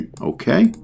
okay